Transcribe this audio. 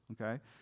Okay